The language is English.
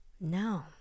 No